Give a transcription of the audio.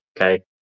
Okay